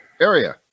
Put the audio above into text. area